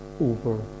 over